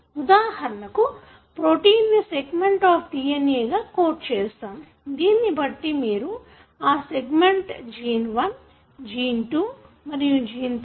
ఉదాహరణకు ప్రోటీన్ ను segment of DNA గా కోడ్ చేస్తాము దీనిని బట్టి మీరు ఆ సెగ్మెంట్ జీన్ 1 జీన్ 2 మరియు జీన్ 3